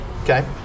Okay